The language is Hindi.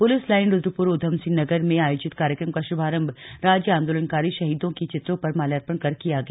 पुलिस लाईन रूद्रपुर ऊधमसिंह नगर में आयोजित कार्यक्रम का शुभारम्भ राज्य आंदोलकारी शहीदो के चित्रो पर माल्यार्पण कर किया गया